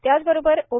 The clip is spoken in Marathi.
त्याच बरोबर ओ